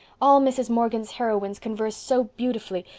all mrs. morgan's heroines converse so beautifully.